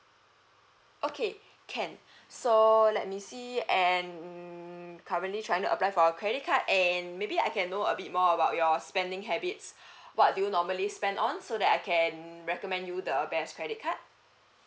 okay can so let me see okay and mm currently trying to apply for our credit card and maybe I can know a bit more about your spending habits what do you normally spend on so that I can recommend you the best credit card